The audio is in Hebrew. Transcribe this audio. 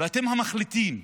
ואתם המחליטים.